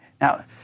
Now